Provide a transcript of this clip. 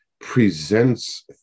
presents